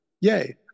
Yay